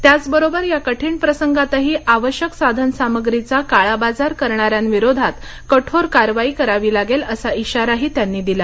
त्याच बरोबर या कठीण प्रसंगातही आवश्यक साधन सामग्रीचा काळाबाजार करणाऱ्यांविरोधात कठोर कारवाई करावी लागेल असा इशाराही त्यांनी दिला